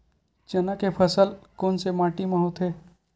चना के फसल कोन से माटी मा होथे?